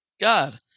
God